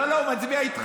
לא, לא, הוא מצביע איתך.